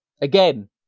Again